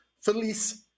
Feliz